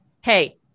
Hey